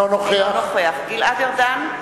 אינו נוכח גלעד ארדן,